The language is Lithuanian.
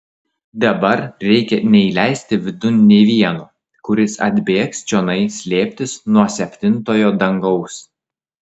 dabar reikia neįleisti vidun nė vieno kuris atbėgs čionai slėptis nuo septintojo dangaus